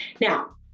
Now